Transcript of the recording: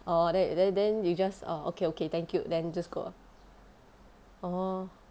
orh then then then you just orh okay okay thank you then just go ah orh